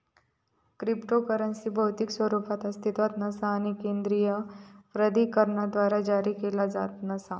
cryptocurrency भौतिक स्वरूपात अस्तित्वात नसा आणि केंद्रीय प्राधिकरणाद्वारा जारी केला जात नसा